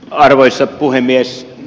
arvoisa puhemies